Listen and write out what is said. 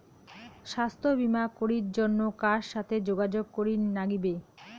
স্বাস্থ্য বিমা করির জন্যে কার সাথে যোগাযোগ করির নাগিবে?